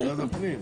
וועדת הפנים.